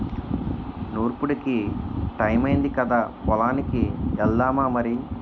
నూర్పుడికి టయమయ్యింది కదా పొలానికి ఎల్దామా మరి